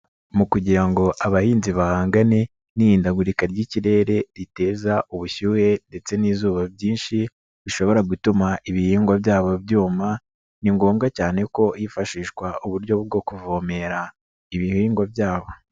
Mu kugira ngo abahinzi bahangane n'ihindagurika ry'ikirere riteza ubushyuhe ndetse n'izuba byinshi bishobora gutuma ibihingwa byabo byuma, ni ngombwa cyane ko hifashishwa uburyo bwo kuvomera ibihingwa byabo.